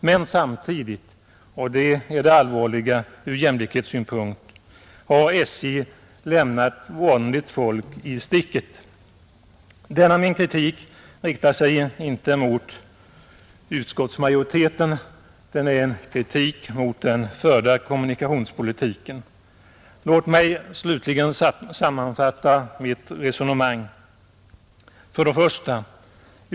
Men samtidigt — och det är det allvarliga från jämlikhetssynpunkt — har SJ lämnat vanligt folk i sticket. Denna min kritik riktar sig inte mot utskottsmajoriteten. Den är en kritik mot den förda kommunikationspolitiken. Låt mig slutligen sammanfatta mitt resonemang: 1.